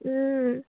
ও